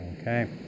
Okay